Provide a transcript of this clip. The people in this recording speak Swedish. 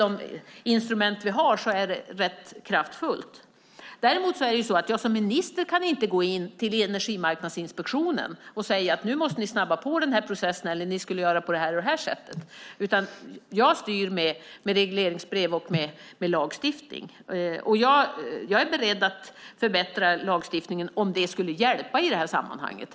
De instrument vi har är rätt kraftfulla. Jag som minister kan inte vända mig till Energimarknadsinspektionen och säga att de måste snabba på processen eller att de ska göra på ett visst sätt. Jag styr med hjälp av regleringsbrev och lagstiftning. Jag är beredd att förbättra lagstiftningen - om det skulle hjälpa i sammanhanget.